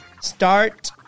start